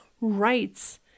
rights